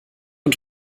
und